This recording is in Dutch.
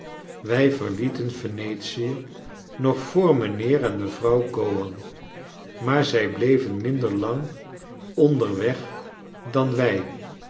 wij verlieten venetie nog voor mijnheer en mevrouw gowan maar zij bleven minder lang onderweg dan wij